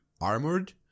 armored